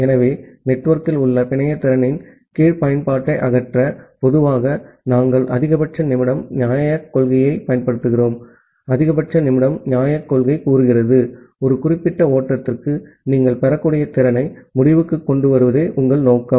ஆகவே நெட்வொர்க்கில் உள்ள பிணைய திறனின் கீழ் பயன்பாட்டை அகற்ற பொதுவாக நாங்கள் அதிகபட்ச நிமிடம் நியாயக் கொள்கையைப் பயன்படுத்துகிறோம் அதிகபட்ச நிமிடம் நியாயக் கொள்கை ஒரு குறிப்பிட்ட ஓட்டத்திற்கு நீங்கள் பெறக்கூடிய திறனை முடிவுக்குக் கொண்டுவருவதே உங்கள் நோக்கம்